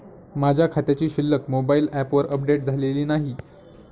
माझ्या खात्याची शिल्लक मोबाइल ॲपवर अपडेट झालेली नाही